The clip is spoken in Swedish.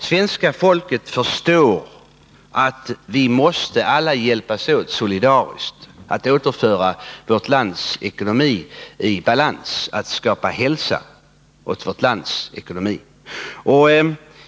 Svenska folket förstår att vi alla måste hjälpas åt solidariskt att återföra vårt lands ekonomi i balans, att skapa hälsa åt vårt lands ekonomi.